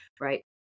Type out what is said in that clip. right